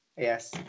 Yes